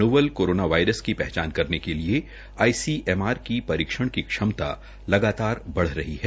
novel coronavirus की पहचान करने के लिए आईसीएमआर की परीक्षण की क्षमता लगातार बढ़ रही है